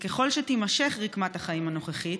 וככל שתימשך רקמת החיים הנוכחית,